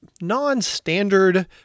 non-standard